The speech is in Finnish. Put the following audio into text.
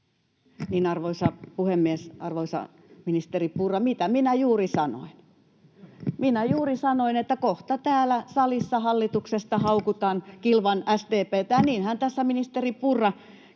Arvoisa puhemies! Arvoisa ministeri Purra, mitä minä juuri sanoin? Minä juuri sanoin, että kohta täällä salissa hallituksesta haukutaan kilvan SDP:tä, ja niinhän, ministeri Purra, kävi